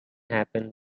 happen